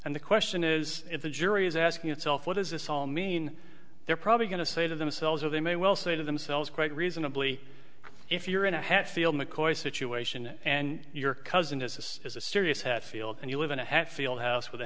and the question is if the jury is asking itself what is this all mean they're probably going to say to themselves or they may well say to themselves quite reasonably if you're in a hatfield mccoy situation and your cousin is this is a serious hatfield and you live in a hatfield house with a